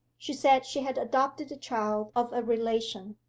she said she had adopted the child of a relation.